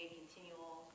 continual